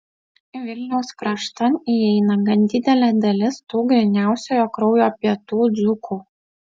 vilniaus kraštan įeina gan didelė dalis tų gryniausiojo kraujo pietų dzūkų